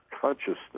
consciousness